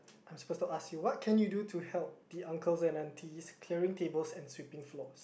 I'm supposed to ask you what can you do to help the uncles and aunties clearing tables and sweeping floors